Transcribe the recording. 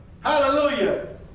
hallelujah